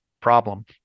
problem